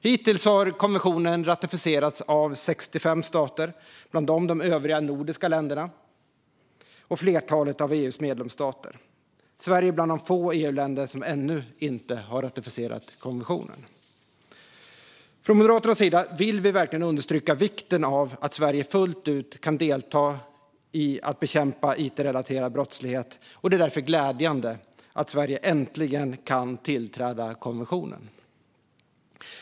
Hittills har konventionen ratificerats av 65 stater, bland dem de övriga nordiska länderna och flertalet av EU:s medlemsstater. Sverige är bland de få EU-länder som ännu inte har ratificerat konventionen. Från Moderaternas sida vill vi verkligen understryka vikten av att Sverige fullt ut kan delta i att bekämpa it-relaterad brottslighet. Det är därför glädjande att Sverige äntligen kan tillträda konventionen.